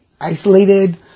isolated